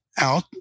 out